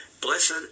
blessed